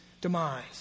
demise